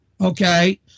okay